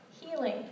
Healing